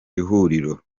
ihuriro